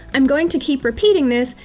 i'm going to keep repeating this,